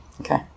Okay